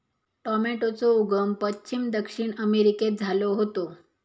टॉमेटोचो उगम पश्चिम दक्षिण अमेरिकेत झालो होतो